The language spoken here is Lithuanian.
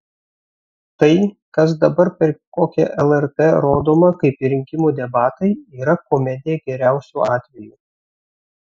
tai kas dabar per kokią lrt rodoma kaip rinkimų debatai yra komedija geriausiu atveju